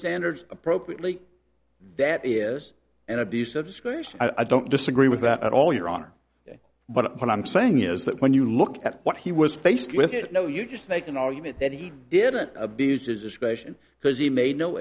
standards appropriately that is an abuse of school i don't disagree with that at all your honor but what i'm saying is that when you look at what he was faced with it no you just make an argument that he did it abused his discretion because he made no